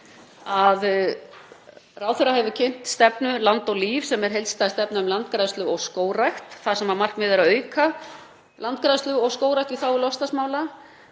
að ráðherra hefur kynnt stefnuna Land og líf, sem er heildstæð stefna um landgræðslu og skógrækt þar sem markmiðið er að auka landgræðslu og skógrækt í þágu loftslagsmála